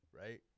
right